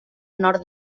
nord